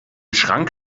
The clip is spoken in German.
schrank